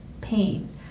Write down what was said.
pain